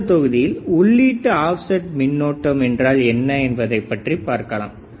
அடுத்த தொகுதியில் உள்ளீட்டு ஆப்செட் மின்னோட்டம் என்றால் என்ன என்பதை பற்றி பார்க்கலாம்